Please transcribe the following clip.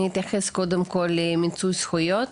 אני אתייחס קודם כל למיצוי זכויות,